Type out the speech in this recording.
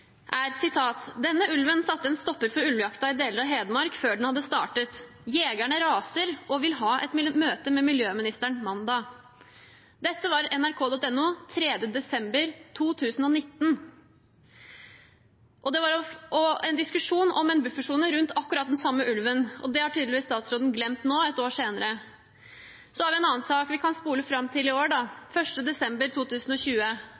ulven satte en stopper for ulvejakta i deler av Hedmark før den hadde startet. Jegerne raser og vil ha et møte med miljøministeren mandag.» Dette var nrk.no 1. desember 2019. Det var en diskusjon om en buffersone rundt akkurat den samme ulven. Det har tydeligvis statsråden glemt nå, ett år senere. Så har vi en annen sak – vi kan spole fram til i år. Den 1. desember 2020